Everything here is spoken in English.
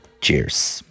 cheers